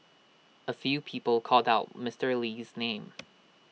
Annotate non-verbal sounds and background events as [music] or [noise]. A few people called out Mister Lee's name [noise]